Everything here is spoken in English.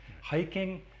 hiking